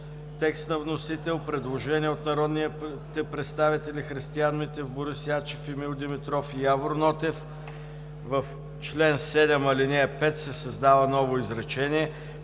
текст на вносител. Предложение от народните представители Христиан Митев, Борис Ячев, Емил Димитров и Явор Нотев: „В чл. 7, ал. 5 се създава ново изречение: